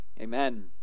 amen